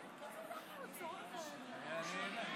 היום הבאנו לדיון